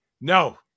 No